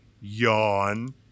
Yawn